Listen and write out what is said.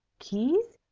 keys?